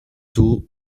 two